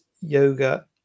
yoga